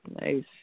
Nice